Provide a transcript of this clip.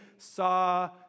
Saw